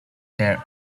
their